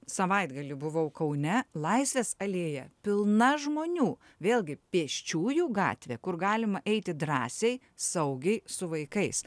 savaitgalį buvau kaune laisvės alėja pilna žmonių vėlgi pėsčiųjų gatvė kur galima eiti drąsiai saugiai su vaikais